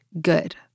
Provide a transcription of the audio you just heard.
good